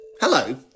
Hello